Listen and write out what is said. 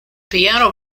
piano